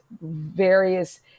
various